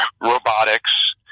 robotics